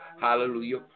hallelujah